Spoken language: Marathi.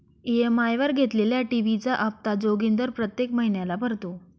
ई.एम.आय वर घेतलेल्या टी.व्ही चा हप्ता जोगिंदर प्रत्येक महिन्याला भरतो